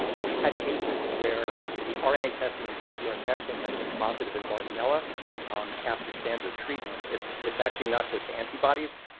we've had cases where the rna testing and pcr testing has been positive in bartonella after standard treatment it's it's actually not just antibodies.